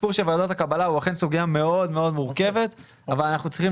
הסיפור של ועדת הקבלה הוא אכן סוגיה מאוד מאוד מורכבת אבל אנחנו צריכים